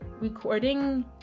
recording